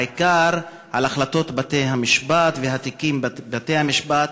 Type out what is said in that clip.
אבל בעיקר על החלטות בתי-המשפט ועל תיקי בתי-המשפט